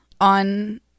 on